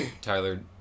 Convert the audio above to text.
Tyler